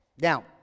Now